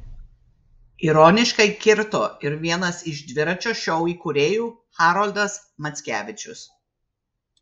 ironiškai kirto ir vienas iš dviračio šou įkūrėjų haroldas mackevičius